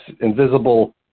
invisible